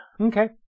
Okay